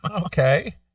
Okay